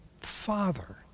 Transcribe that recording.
Father